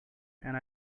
and